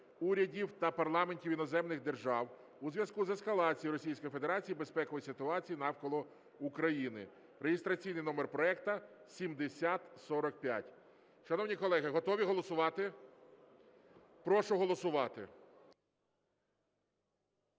урядів та парламентів іноземних держав у зв'язку з ескалацією Російською Федерацією безпекової ситуації навколо України (реєстраційний номер проекту 7045). Шановні колеги, готові голосувати? Прошу голосувати.